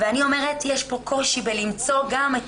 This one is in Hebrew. ואני אומרת שיש פה קושי למצוא גם את